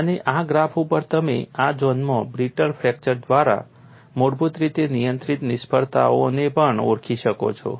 અને આ ગ્રાફ ઉપર તમે આ ઝોનમાં બ્રિટલ ફ્રેક્ચર દ્વારા મૂળભૂત રીતે નિયંત્રિત નિષ્ફળતાને પણ ઓળખી શકો છો